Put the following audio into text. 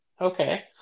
okay